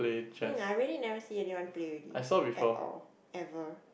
mm I really never see anyone play already at all ever